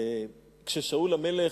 כששאול המלך,